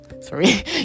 sorry